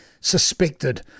suspected